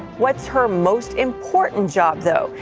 what is her most important job, though?